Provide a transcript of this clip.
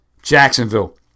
Jacksonville